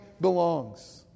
belongs